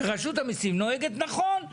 שרשות המסים נוהגת נכון?